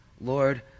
Lord